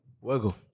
Wiggle